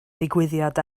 digwyddiad